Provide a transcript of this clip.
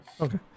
Okay